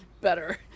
better